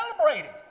celebrated